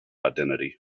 identity